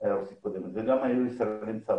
אלא היו גם ישראלים צברים.